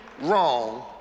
wrong